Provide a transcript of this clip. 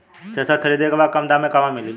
Thresher खरीदे के बा कम दाम में कहवा मिली?